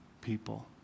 people